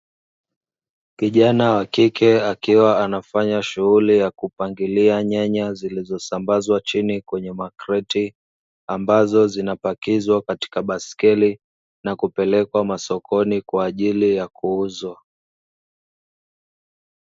Kijana wa kike akiwa anafanya shughuli ya kupangilia nyanya zilizosambazwa chini kwenye makreti, ambazo zinapakizwa katika baskeli na kupelekwa masokoni kwa ajili ya kuuzwa.